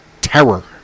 terror